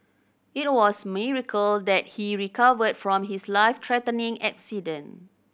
it was a miracle that he recovered from his life threatening accident